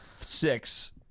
six